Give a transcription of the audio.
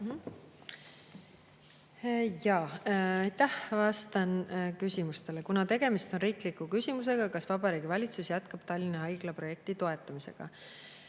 [Esimene küsimus:] "Kuna tegemist on riikliku küsimusega, kas Vabariigi Valitsus jätkab Tallinna Haigla projekti toetamisega?"